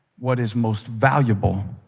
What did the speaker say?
what is most valuable